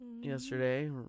yesterday